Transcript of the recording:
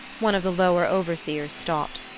one of the lower overseers stopped.